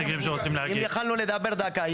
אם יכולנו לדבר דקה,